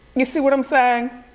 you see what i'm saying?